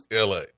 LA